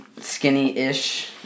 skinny-ish